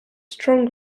strong